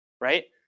right